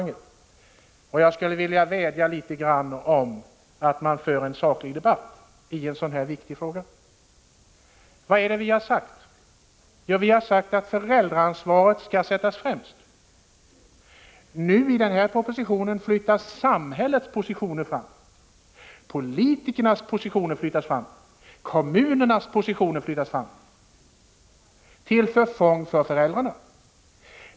Och jag skulle vilja vädja litet grand om att föra en saklig debatt i den här mycket viktiga frågan. Vad är det vi har sagt? Jo, att föräldrarnas ansvar skall sättas främst. Meni = Prot. 1985/86:43 den här propositionen flyttas samhällets, politikernas och kommunernas 4 december 1985 positioner fram, till förfång för föräldrarna.